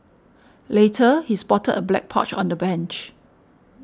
later he spotted a black pouch on the bench